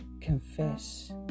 confess